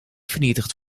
vernietigd